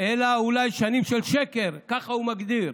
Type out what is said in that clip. אלא אולי שנים של שקר" ככה הוא מגדיר.